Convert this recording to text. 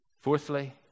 Fourthly